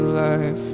life